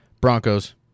Broncos